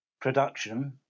production